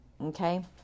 Okay